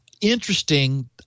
interesting